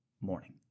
morning